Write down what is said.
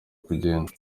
kugenda